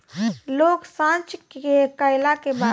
लोग सॉच कैला के बाद कुओं के पानी से सफाई करेलन